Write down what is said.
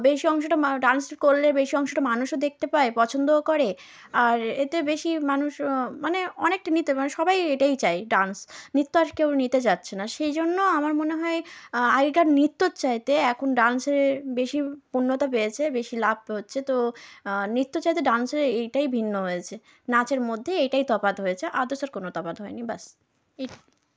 বেশি অংশটা ডান্স করলে বেশি অংশটা মানুষও দেখতে পায় পছন্দও করে আর এতে বেশি মানুষ মানে অনেকটা নিতে মানে সবাই এটাই চায় ডান্স নৃত্য আর কেউ নিতে চাইছে না সেই জন্য আমার মনে হয় আগেকার নৃত্যর চাইতে এখন ডান্সে বেশি পূর্ণতা পেয়েছে বেশি লাভ হচ্ছে তো নৃত্য চাইতে ডান্সের এইটাই ভিন্ন হয়েছে নাচের মধ্যে এটাই তফাৎ হয়েছে আদার্স আর কোনও তফাৎ হয়নি ব্যস এই